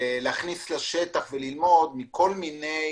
להכניס לשטח וללמוד מכל מיני